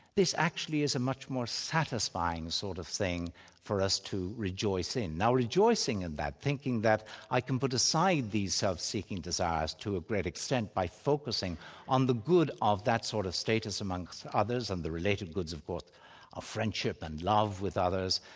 this actually is a much more satisfying sort of thing for us to rejoice in. now rejoicing in and that, thinking that i can put aside these self-seeking desires to a great extent by focusing on the good of that sort of status amongst others and the related goods of course but of friendship and love with others,